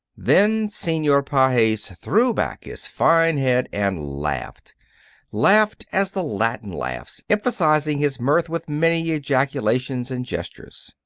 then senor pages threw back his fine head and laughed laughed as the latin laughs, emphasizing his mirth with many ejaculations and gestures.